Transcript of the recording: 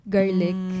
Garlic